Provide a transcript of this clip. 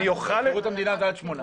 בשירות המדינה זה עד שמונה.